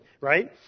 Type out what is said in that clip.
right